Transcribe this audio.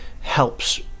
helps